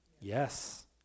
Yes